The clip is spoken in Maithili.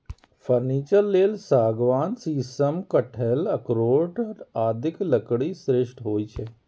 फर्नीचर लेल सागवान, शीशम, कटहल, अखरोट आदिक लकड़ी श्रेष्ठ होइ छै